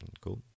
cool